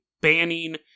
banning